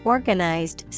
Organized